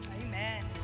Amen